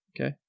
Okay